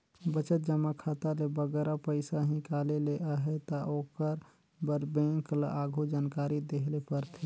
बचत जमा खाता ले बगरा पइसा हिंकाले ले अहे ता ओकर बर बेंक ल आघु जानकारी देहे ले परथे